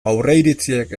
aurreiritziek